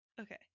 okay